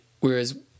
whereas